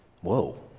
whoa